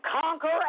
conquer